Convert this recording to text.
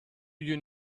you